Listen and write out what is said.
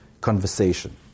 conversation